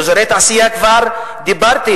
על אזורי תעשייה כבר דיברתי,